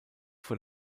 vor